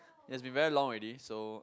it's has been very long already so